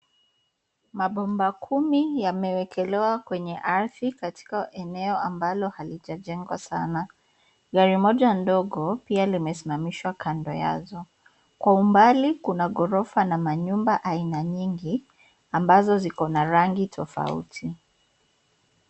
Mabomba kumi yamewekelewa kwenye ardhi katika eneo ambalo halijajengwa sana. Gari moja ndogo pia limesimamishwa kando yazo. Kwa umbali kuna ghorofa na manyumba aina nyingi ambazo ziko na rangi tofauti.